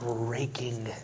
breaking